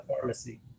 pharmacy